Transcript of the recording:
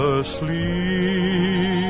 asleep